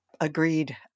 Agreed